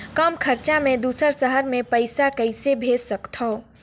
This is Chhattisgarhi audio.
कम खरचा मे दुसर शहर मे पईसा कइसे भेज सकथव?